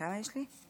כמה יש לי?